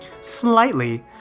Slightly